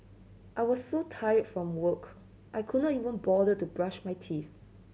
I was so tired from work I could not even bother to brush my teeth